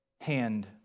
hand